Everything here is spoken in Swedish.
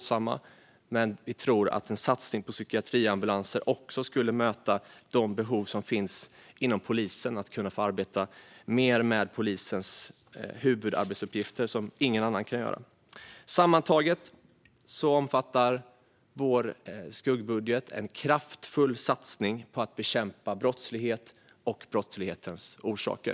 Men vi tror att en satsning på psykiatriambulanser också skulle möta de behov som finns inom polisen för att kunna arbeta mer med polisens huvudarbetsuppgifter, som ingen annan kan göra. Sammantaget omfattar vår skuggbudget en kraftfull satsning på att bekämpa brottslighet och brottslighetens orsaker.